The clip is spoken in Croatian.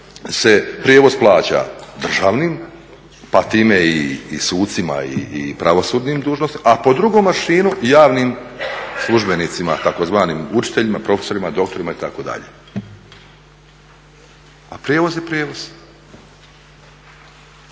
prijevoz plaća državnim pa time i sucima i pravosudnim dužnosnicima, a po drugom mašinu javnim službenicima, tzv. učiteljima, profesorima, doktorima, itd. A prijevoz je prijevoz.